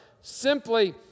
simply